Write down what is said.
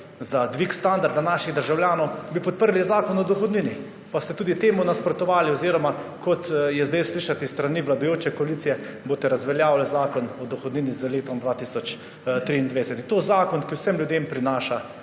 za dvig standarda naših državljanov, bi podprli Zakon o dohodnini, pa ste tudi temu nasprotovali, oziroma kot je zdaj slišati s strani vladajoče koalicije, boste razveljavili Zakon o dohodnini z letom 2023. In to zakon, ki vsem ljudem prinaša